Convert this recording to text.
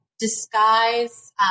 disguise